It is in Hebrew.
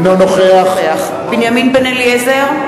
אינו נוכח בנימין בן-אליעזר,